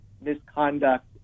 misconduct